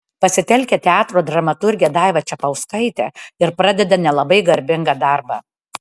pasitelkia teatro dramaturgę daivą čepauskaitę ir pradeda nelabai garbingą darbą